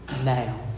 now